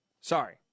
sorry